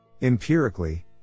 Empirically